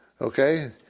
Okay